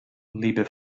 liebe